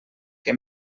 que